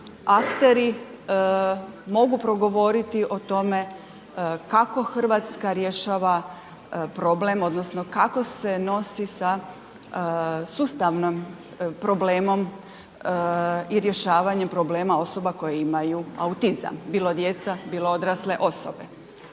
akteri, mogu progovoriti o tome kako Hrvatska rješava problem, odnosno kako se nosi sa sustavnim problemom i rješavanjem problema osobe koje imaju autizam. Bilo djeca, bilo odrasle osobe.